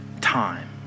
time